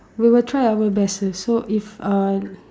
we will try our best sir so if uh